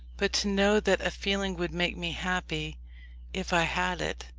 but to know that a feeling would make me happy if i had it,